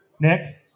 Nick